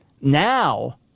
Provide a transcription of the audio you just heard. Now